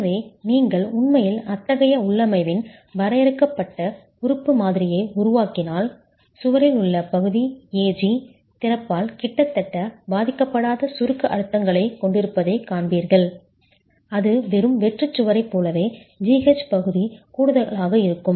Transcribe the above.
எனவே நீங்கள் உண்மையில் அத்தகைய உள்ளமைவின் வரையறுக்கப்பட்ட உறுப்பு மாதிரியை உருவாக்கினால் சுவரில் உள்ள பகுதி AG திறப்பால் கிட்டத்தட்ட பாதிக்கப்படாத சுருக்க அழுத்தங்களைக் கொண்டிருப்பதைக் காண்பீர்கள் அது வெறும் வெற்றுச் சுவரைப் போலவே GH பகுதி கூடுதலாக இருக்கும்